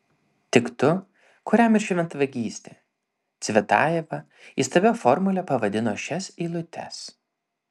tik tu kuriam ir šventvagystė cvetajeva įstabia formule pavadino šias eilutes